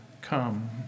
come